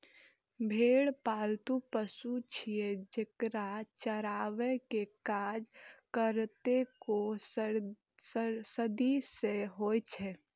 भेड़ पालतु पशु छियै, जेकरा चराबै के काज कतेको सदी सं होइ छै